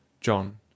JOHN